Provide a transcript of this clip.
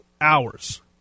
hours